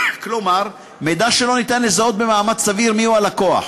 כלומר מידע שלא ניתן לזהות באמצעותו במאמץ סביר מיהו הלקוח.